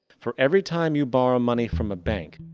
for every time you borrow money from a bank,